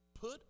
put